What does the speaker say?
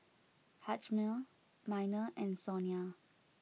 Hjalmer Minor and Sonia